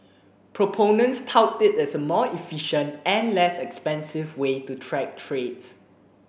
proponents tout it as a more efficient and less expensive way to track trades